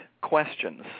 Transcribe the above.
questions